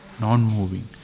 non-moving